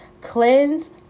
cleanse